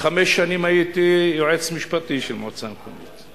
הייתי חמש שנים יועץ משפטי של מועצה מקומית.